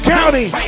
County